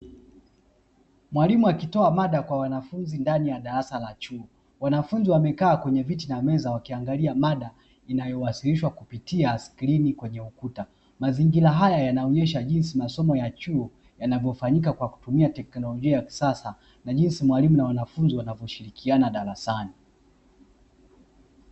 Mwalimu akitoa mada kwa wanafunzi ndani ya darasa la chuo. Wanafunzi wamekaa kwenye viti na meza wakiangalia mada inayowasilishwa kwa kupitia skrini kwenye ukuta. Mazingira haya yanaonyesha jinsi masomo ya chuo yanavyofanyika kwa kutumia teknlojia ya kisasa na jinsi mwalimu na wanafunzi wanavyoshirikiana darasani.